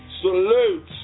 Salute